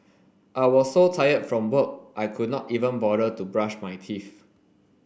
I was so tired from work I could not even bother to brush my teeth